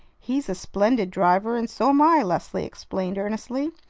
he's a splendid driver, and so am i, leslie explained earnestly.